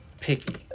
picky